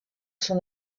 son